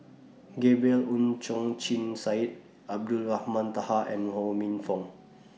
Gabriel Oon Chong Jin Syed Abdulrahman Taha and Ho Minfong